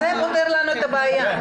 זה פותר לנו את הבעיה.